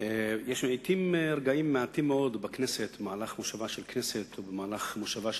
יש רגעים מעטים מאוד במהלך מושבה של כנסת ובמהלך מושבה של